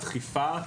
דחיפה,